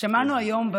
יש שניים.